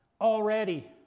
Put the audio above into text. Already